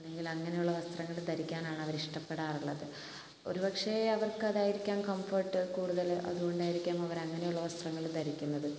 അല്ലെങ്കിൽ അങ്ങനെയുള്ള വസ്ത്രങ്ങൾ ധരിക്കാനാണ് അവർ ഇഷ്ടപ്പെടാറുള്ളത് ഒരുപക്ഷേ അവർക്ക് അതായിരിക്കാം കംഫർട്ട് കൂടുതൽ അതുകൊണ്ടായിരിക്കും അവർ അങ്ങനെയുള്ള വസ്ത്രങ്ങൾ ധരിക്കുന്നത്